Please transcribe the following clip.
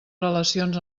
relacions